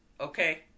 Okay